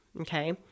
okay